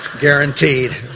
Guaranteed